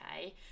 Okay